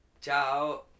ciao